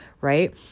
right